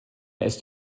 ist